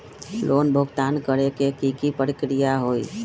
Loan भुगतान करे के की की प्रक्रिया होई?